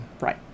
Right